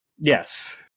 Yes